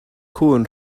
cŵn